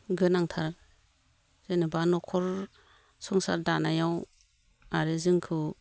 गोनांथार जेनेबा न'खर संसार दानायाव आरो जोंखौ